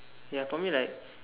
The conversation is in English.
ya for me like